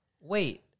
Wait